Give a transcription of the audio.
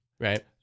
Right